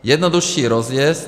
Jednodušší rozjezd.